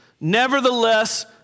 Nevertheless